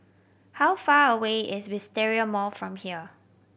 how far away is Wisteria Mall from here